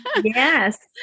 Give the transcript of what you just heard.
Yes